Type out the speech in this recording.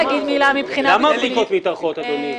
למה הבדיקות מתארכות, אדוני?